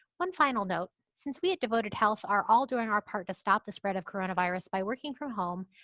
one final note, since we at devoted health are all doing our part to stop the spread of coronavirus by working from home,